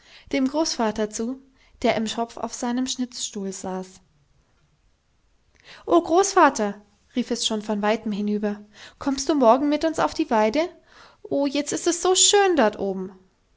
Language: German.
dem großvater zu der im schopf auf seinem schnitzstuhl saß o großvater rief es schon von weitem hinüber kommst du morgen mit uns auf die weide oh jetzt ist es so schön dort oben